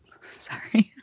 Sorry